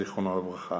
זיכרונו לברכה.